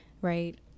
right